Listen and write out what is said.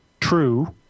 true